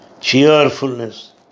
cheerfulness